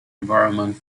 environment